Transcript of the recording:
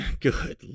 Good